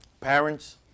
Parents